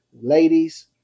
ladies